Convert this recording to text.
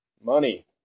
Money